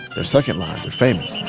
their second lines are famous